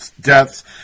deaths